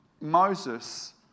Moses